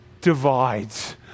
divides